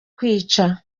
kwica